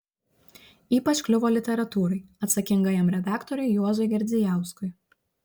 ypač kliuvo literatūrai atsakingajam redaktoriui juozui girdzijauskui